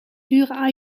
dure